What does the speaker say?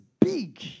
big